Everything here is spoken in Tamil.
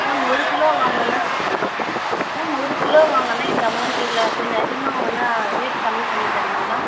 மேம் ஒரு கிலோ வாங்குனால் மேம் ஒரு கிலோ வாங்குனால் இந்த அமௌண்ட் இல்லை கொஞ்சம் அதிகமாக வாங்குனால் ரேட் கம்மி பண்ணி தருவீங்களா